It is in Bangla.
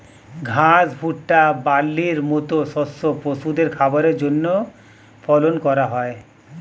ঘাস, ভুট্টা, বার্লির মত শস্য পশুদের খাবারের জন্যে ফলন করা হয়